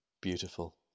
Beautiful